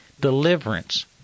deliverance